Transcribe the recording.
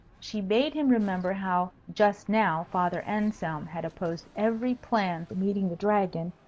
she bade him remember how just now father anselm had opposed every plan for meeting the dragon,